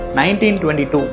1922